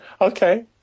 okay